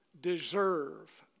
deserve